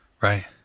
Right